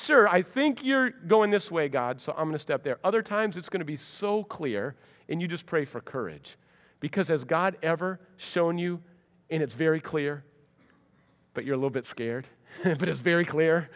sure i think you're going this way god so i'm going to step there other times it's going to be so clear and you just pray for courage because as god ever shown you in it's very clear but you're little bit scared but it's very clear